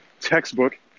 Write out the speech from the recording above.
textbook